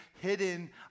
hidden